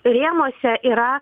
rėmuose yra